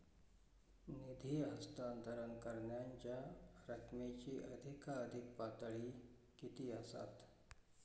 निधी हस्तांतरण करण्यांच्या रकमेची अधिकाधिक पातळी किती असात?